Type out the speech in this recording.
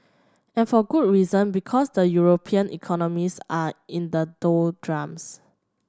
and for good reason because the European economies are in the doldrums